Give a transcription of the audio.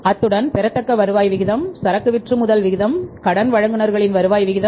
அத்துடன் பெறத்தக்க வருவாய் விகிதம் சரக்கு விற்றுமுதல் விகிதம் கடன் வழங்குநர்களின் வருவாய் விகிதம்